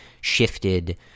shifted